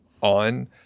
on